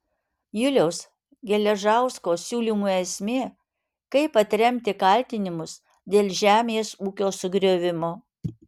juliaus geležausko siūlymų esmė kaip atremti kaltinimus dėl žemės ūkio sugriovimo